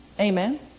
Amen